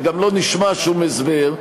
וגם לא נשמע שום הסבר,